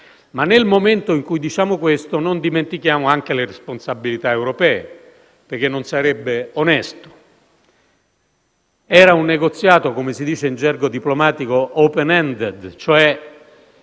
ma nel momento in cui diciamo questo non dimentichiamo anche le responsabilità europee, perché non sarebbe onesto. Era un negoziato, come si dice in gergo diplomatico, *open* *ended*, ossia